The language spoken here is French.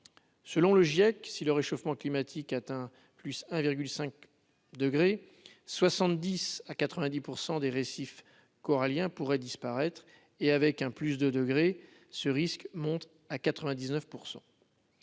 selon le GIEC, si le réchauffement climatique atteint plus 1 virgule 5 degrés 70 à 90 % des récifs coraliens pourraient disparaître et avec un plus de degrés ce risque monte à 99